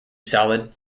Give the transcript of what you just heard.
solid